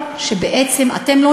הם מנצחים מדינית, אין לנו הסברה.